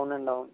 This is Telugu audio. అవునండి అవును